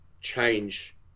change